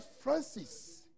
Francis